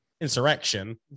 insurrection